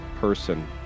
person